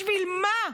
בשביל מה?